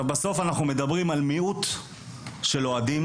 בסוף אנחנו מדברים על מיעוט של אוהדים